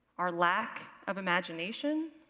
our lack of imagination?